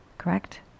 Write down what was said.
Correct